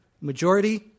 majority